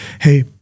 Hey